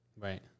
Right